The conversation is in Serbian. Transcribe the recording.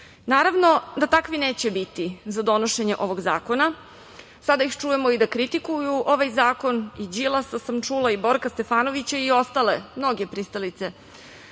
Srbiji. Naravno da takvi neće biti za donošenje ovog zakona. Sada ih čujemo i da kritikuju ovaj zakon, i Đilasa sam čula, i Borka Stefanovića i ostale, mnoge pristalice